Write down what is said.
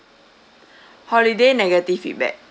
holiday negative feedback